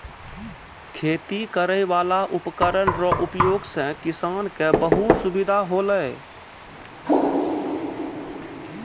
खेती करै वाला उपकरण रो उपयोग से किसान के बहुत सुबिधा होलै